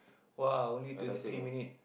!wah! only twenty three minute